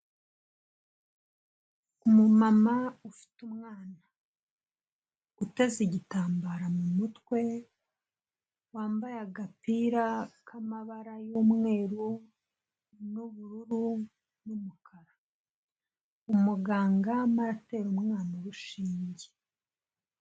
Umumama ufite umwana. Utaze igitambara mu mutwe, wambaye agapira k'amabara y'umweru, n'ubururu, n'umukara. Umuganga arimo aratera umwana urushinge.